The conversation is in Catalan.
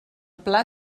pla